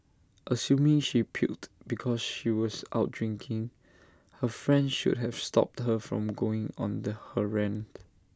assuming she puked because she was out drinking her friend should have stopped her from going on her rant